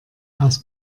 aus